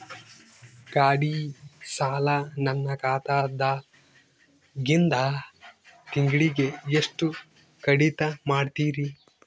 ಗಾಢಿ ಸಾಲ ನನ್ನ ಖಾತಾದಾಗಿಂದ ತಿಂಗಳಿಗೆ ಎಷ್ಟು ಕಡಿತ ಮಾಡ್ತಿರಿ?